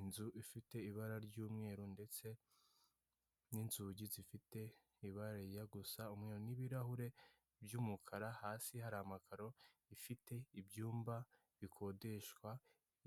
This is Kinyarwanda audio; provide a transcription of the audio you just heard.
Inzu ifite ibara ry'umweru ndetse n'inzugi zifite ibaraya gusa umweru n'ibirahure by'umukara hasi hari amakaro ifite ibyumba bikodeshwa